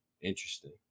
Interesting